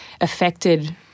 affected